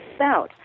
out